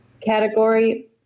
category